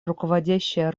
руководящая